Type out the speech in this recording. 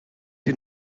you